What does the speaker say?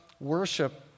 worship